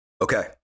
Okay